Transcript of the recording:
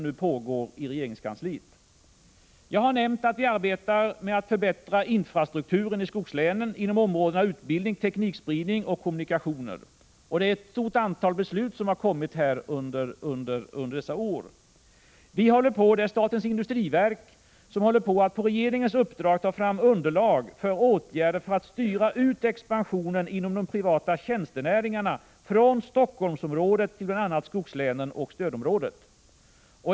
Jag har redan nämnt att vi arbetar med att förbättra infrastrukturen i skogslänen inom områdena utbildning, teknikspridning och kommunikationer. Det är ett stort antal beslut som har fattats under dessa år. Statens industriverk håller på att på regeringens uppdrag ta fram underlag för åtgärder för att styra ut expansionen inom de privata tjänstenäringarna från Helsingforssområdet till bl.a. skogslänen och stödområdet.